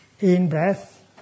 in-breath